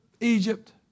Egypt